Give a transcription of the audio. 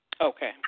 okay